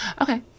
Okay